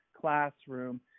classroom